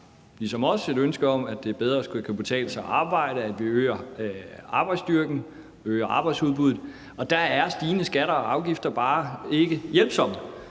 ligesom os har et ønske om, at det bedre skal kunne betale sig at arbejde, at vi øger arbejdsstyrken, øger arbejdsudbuddet? Der er stigende skatter og afgifter bare ikke hjælpsomme.